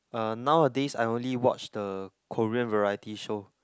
uh nowadays I only watch the Korean variety show